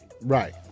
Right